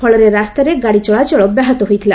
ଫଳରେ ରାସ୍ତାରେ ଗାଡ଼ି ଚଳାଚଳ ବ୍ୟାହତ ହୋଇଛି